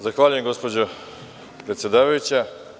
Zahvaljujem gospođo predsedavajuća.